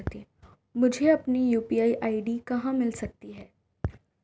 मुझे अपनी UPI ID कहां मिल सकती है?